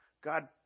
God